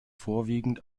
vorwiegend